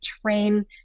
train